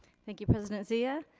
thank you president zia.